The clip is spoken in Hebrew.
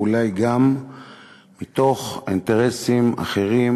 ואולי גם מתוך אינטרסים אחרים,